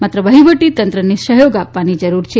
માત્ર વહીવટીતંત્રને સહયોગ આપવાની જરૂર છે